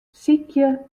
sykje